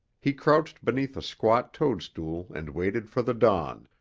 he crouched beneath a squat toadstool and waited for the dawn,